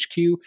HQ